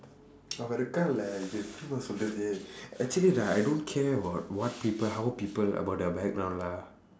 அவ இருக்காலே அது எப்படி தெரியுமா சொல்லுறது:ava irukkaalee athu eppadi theriyumaa sollurathu actually right I don't care about what people how people about their background lah